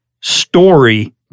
story